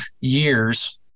years